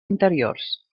interiors